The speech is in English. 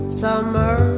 summer